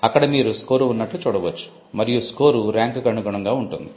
అక్కడ మీరు స్కోరు ఉన్నట్లు చూడవచ్చు మరియు స్కోరు ర్యాంకుకు అనుగుణంగా ఉంటుంది